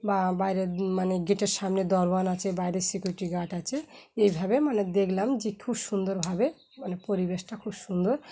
বা বাইরের মানে গেটের সামনে দারোয়ান আছে বাইরের সিকিউরিটি গার্ড আছে এইভাবে মানে দেখলাম যে খুব সুন্দরভাবে মানে পরিবেশটা খুব সুন্দর